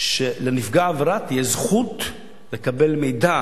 שלנפגע עבירה תהיה זכות לקבל מידע